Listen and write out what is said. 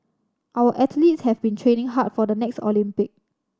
our athletes have been training hard for the next Olympic